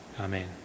Amen